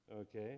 okay